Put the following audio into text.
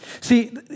See